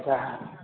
अछा